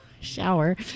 shower